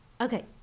Okay